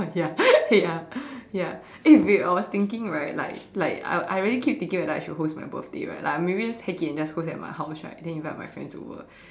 ya ya ya eh babe I was thinking right like like I really keep thinking whether I should host my birthday right like maybe I just heck it and host it at my house right then invite my friends over